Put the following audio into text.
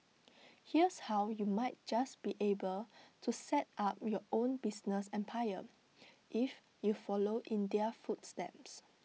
here's how you might just be able to set up your own business empire if you follow in their footsteps